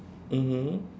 mmhmm